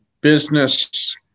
business